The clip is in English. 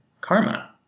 Karma